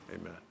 Amen